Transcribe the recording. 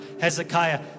Hezekiah